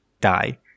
die